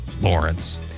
Lawrence